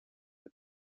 but